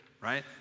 right